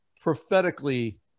prophetically